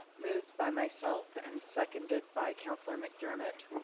moved by myself, and seconded by councillor mcdermott,